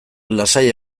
lasai